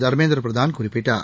தர்மேந்திர பிரதான் குறிப்பிட்டார்